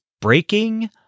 breaking